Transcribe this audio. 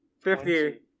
Fifty